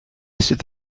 sydd